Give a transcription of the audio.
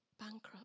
Bankrupt